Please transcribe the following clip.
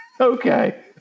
okay